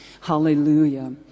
Hallelujah